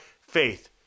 faith